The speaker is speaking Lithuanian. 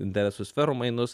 interesų sferų mainus